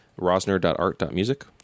rosner.art.music